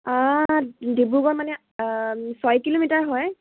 ডিব্ৰুগড় মানে ছয় কিলোমিটাৰ হয়